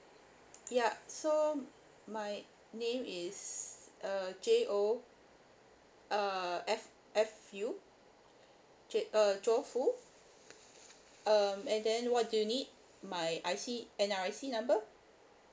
ya so my name is uh J O err F F U J uh jofu um and then what do you need my I_C N_R_I_C number